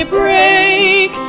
break